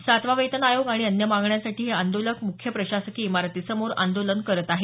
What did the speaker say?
सातवा वेतन आयोग आणि अन्य मागण्यांसाठी हे आंदोलक मुख्य प्रशासकीय इमारतीसमोर आंदोलन करत आहेत